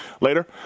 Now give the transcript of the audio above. later